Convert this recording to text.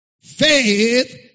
Faith